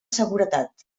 seguretat